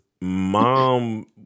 mom